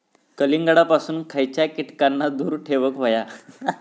कलिंगडापासून खयच्या कीटकांका दूर ठेवूक व्हया?